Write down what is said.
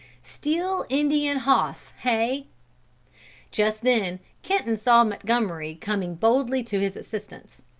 steal indian hoss, hey just then kenton saw montgomery coming boldly to his assistance.